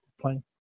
playing